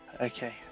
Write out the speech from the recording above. Okay